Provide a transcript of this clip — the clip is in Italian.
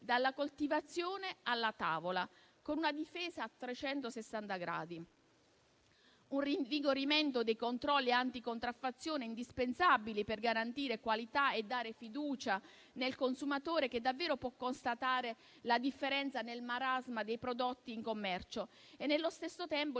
dalla coltivazione alla tavola, con una difesa a 360 gradi; un rinvigorimento dei controlli anticontraffazione indispensabili per garantire qualità e alimentare la fiducia del consumatore, che davvero può constatare la differenza nel marasma dei prodotti in commercio e, nello stesso tempo,